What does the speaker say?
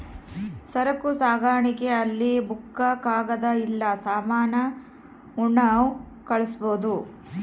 ಸರಕು ಸಾಗಣೆ ಅಲ್ಲಿ ಬುಕ್ಕ ಕಾಗದ ಇಲ್ಲ ಸಾಮಾನ ಉಣ್ಣವ್ ಕಳ್ಸ್ಬೊದು